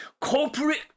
Corporate